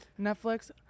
netflix